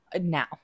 now